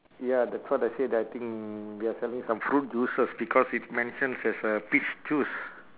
ya that's what I said I think they're selling some fruit juices because it mentions there's a peach juice